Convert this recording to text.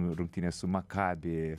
rungtynės su makabi